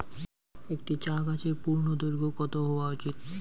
একটি চা গাছের পূর্ণদৈর্ঘ্য কত হওয়া উচিৎ?